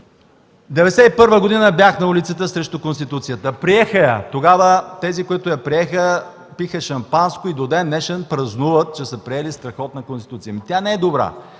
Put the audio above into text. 1991 г. бях на улицата срещу Конституцията. Приеха я. Тогава тези, които я приеха, пиха шампанско и до ден-днешен празнуват, че са приели страхотна Конституция. Ами тя не е добра.